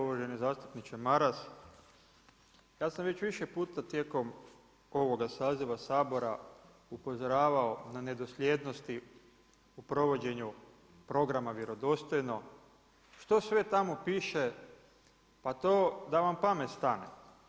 Uvaženi zastupniče Maras, ja sam već više puta tijekom ovoga saziva Sabora upozoravao na nedosljednosti u provođenju Programa Vjerodostojno, što sve tamo piše, pa to da vam pamet stane.